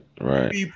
Right